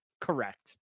Correct